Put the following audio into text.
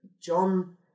John